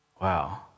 Wow